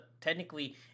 technically